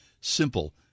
Simple